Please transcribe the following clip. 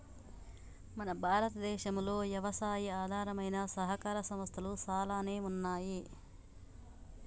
మన భారతదేసంలో యవసాయి ఆధారమైన సహకార సంస్థలు సాలానే ఉన్నాయి